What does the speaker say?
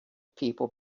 people